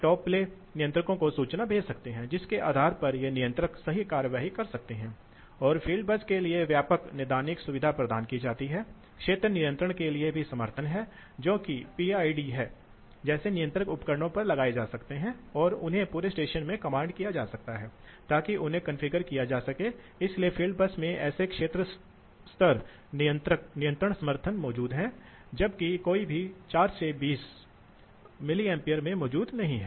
अब हम देखते हैं कि नियंत्रित करने के विभिन्न तरीके क्या हैं इनमें से एक एयरफ्लो को नियंत्रित करने का एक सबसे आसान तरीका है कि आप पंखे को चालू करें और बंद करें आपको पता है कि यह नियमित रूप से होता है यदि आप एक घर का एयर कंडीशनर Conditioner देखें आपने देखा होगा कि पंखा मेरा मतलब है उस स्थिति में कंप्रेसर चालू और बंद होता है ठीक है